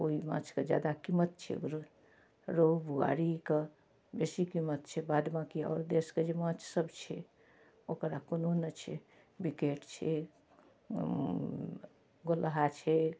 ओहि माँछसँ जादा कीमत छै ओकरो रोहु बुआरीके बेसी कीमत छै बाद बाँकि आओर देशके जे माँछसब छै ओकर आब कोनो नहि छै ब्रिकेट छै गोलहा छै